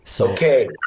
Okay